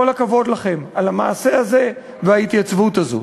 כל הכבוד לכם על המעשה הזה וההתייצבות הזאת,